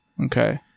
Okay